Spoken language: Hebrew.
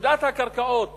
שפקודת הקרקעות